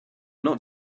not